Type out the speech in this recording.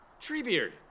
Treebeard